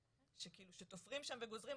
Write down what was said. שכאילו תופרים שם וגוזרים,